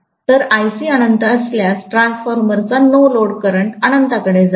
तर Ic अनंत असल्यास ट्रान्सफॉर्मर चा नो लोड करंट अनंता कडे जाईल